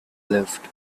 left